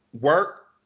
work